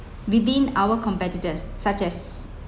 within our competitors such as